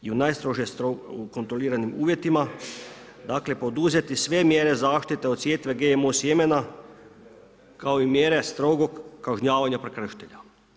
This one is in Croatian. I u najstrože kontroliranim uvjetima, dakle poduzeti sve mjere zaštite od sjetve GMO sjemena kao i mjere strogog kažnjavanja prekršitelja.